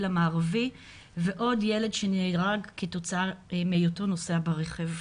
המערבי ועוד ילד שנהרג כתוצאה מהיותו נוסע ברכב.